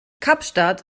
kapstadt